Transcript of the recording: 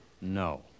No